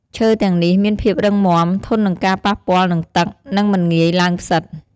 ឈើទាំងនេះមានភាពរឹងមាំ ធន់នឹងការប៉ះពាល់នឹងទឹក និងមិនងាយឡើងផ្សិត។